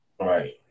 Right